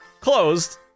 closed